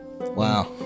Wow